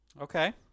okay